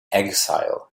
exile